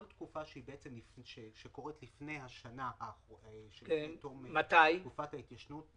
כל תקופה שקורית לפני השנה של תום תקופת ההתיישנות.